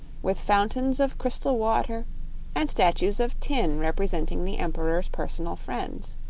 with fountains of crystal water and statues of tin representing the emperor's personal friends.